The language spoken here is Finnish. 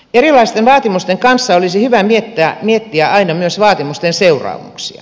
erilaisten vaatimusten kanssa olisi hyvä miettiä aina myös vaatimusten seuraamuksia